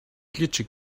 glitschig